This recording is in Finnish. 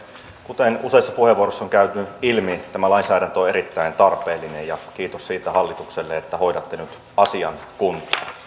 kuten useissa puheenvuoroissa on käynyt nyt ilmi tämä lainsäädäntö on erittäin tarpeellinen ja kiitos siitä hallitukselle että hoidatte nyt asian kuntoon